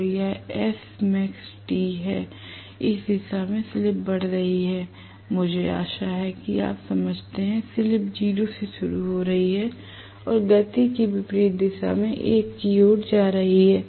और यह SmaxT है इस दिशा में स्लिप बढ़ रही है मुझे आशा है कि आप समझते हैं स्लिप 0 से शुरू हो रही है और गति की विपरीत दिशा में 1 की ओर जा रही है